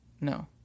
No